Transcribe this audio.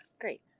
Great